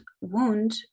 wound